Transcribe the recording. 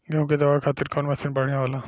गेहूँ के दवावे खातिर कउन मशीन बढ़िया होला?